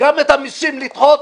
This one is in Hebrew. גם את המסים לדחות.